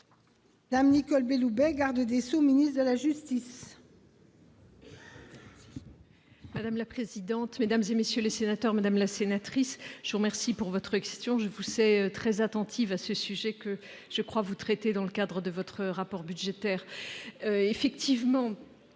? La parole est à Mme la garde des sceaux, ministre de la justice. Madame la présidente, mesdames, messieurs les sénateurs, madame la sénatrice, je vous remercie de votre question. Je vous sais très attentive à un sujet que vous traitez- me semble-t-il -dans le cadre de votre rapport budgétaire. Effectivement,